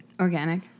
Organic